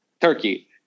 Turkey